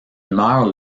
meurt